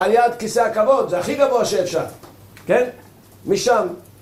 על יד כיסא הכבוד, זה הכי גבוה שאפשר, כן? משם.